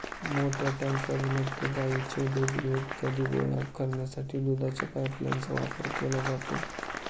मोठ्या टँकमध्ये गाईचे दूध इत्यादी गोळा करण्यासाठी दुधाच्या पाइपलाइनचा वापर केला जातो